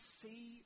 see